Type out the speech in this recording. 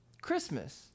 Christmas